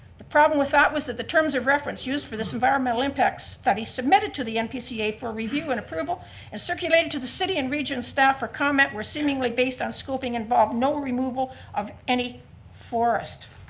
the problem with that was that the terms of reference used for the environmental impact study submitted to the npca for review and approval and circulated to the city and regional staff for comment were seemingly based on scoping involved, no removal of any forest.